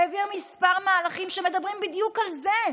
העביר כמה מהלכים שמדברים בדיוק על זה.